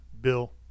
Bill